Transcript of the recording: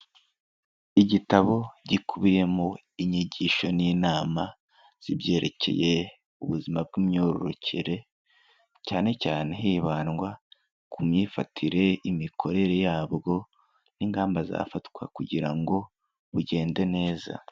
Igitabo gikubiyemo inyigisho n'inama z'ibyerekeye ubuzima bw'imyororokere, cyane cyane hibandwa ku myifatire, imikorere yabwo n'ingamba zafatwa kugira ngo bugende neza.